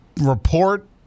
report